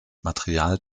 material